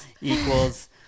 equals